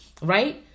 right